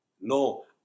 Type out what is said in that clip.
no